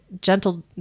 gentle